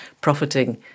profiting